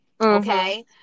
Okay